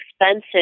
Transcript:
expensive